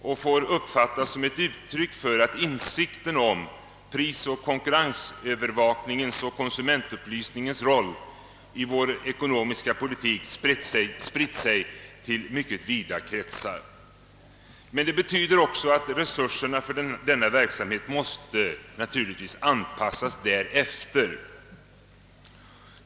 Det får uppfattas som ett uttryck för att insikten om prisoch konkurrensövervakningens och konsumentupplysningens roll i vår ekonomiska politik spritt sig till mycket vida kretsar, men det betyder naturligtvis också att resurserna för denna verksamhet måste anpassas därefter.